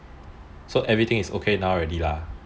so everything is okay now already lah